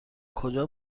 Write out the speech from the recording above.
کجا